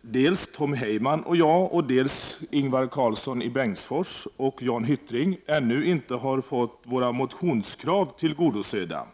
dels Tom Heyman och jag, dels Ingvar Karlsson i Bengtsfors och Jan Hyttring ännu inte har fått våra motionskrav tillgodosedda.